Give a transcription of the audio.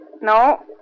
No